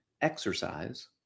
exercise